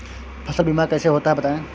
फसल बीमा कैसे होता है बताएँ?